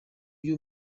iki